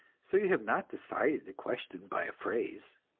so you have not decided the question by a phrase.